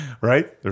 Right